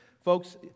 folks